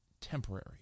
temporary